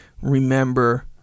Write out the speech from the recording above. remember